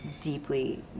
deeply